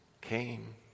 came